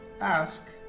ask